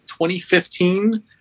2015